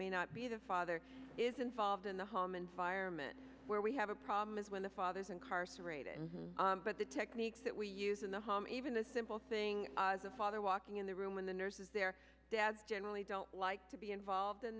may not be the father is involved in the home environment where we have a problem is when the father's incarcerated and but the techniques that we use in the home even the simple thing as a father walking in the room when the nurse is there dad generally don't like to be involved in